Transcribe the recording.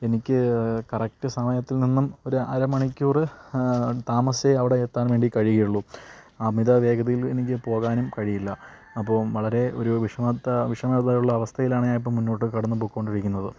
എനിക്ക് കറക്റ്റ് സമയത്തിൽ നിന്നും ഒരു അരമണിക്കൂറ് താമസിച്ചേ അവിടെ എത്താൻ വേണ്ടി കഴിയുകയുള്ളു അമിത വേഗതയിൽ എനിക്ക് പോകാനും കഴിയില്ല അപ്പോൾ വളരെ ഒരു വിഷമത വിഷമത ഉള്ള അവസ്ഥയിലാണ് ഞാനിപ്പം മുന്നോട്ട് കടന്ന് പോയിക്കൊണ്ടിരിക്കുന്നത്